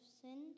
sinned